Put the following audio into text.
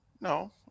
no